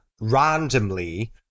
Randomly